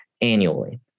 annually